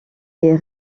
est